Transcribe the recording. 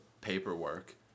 paperwork